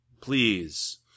please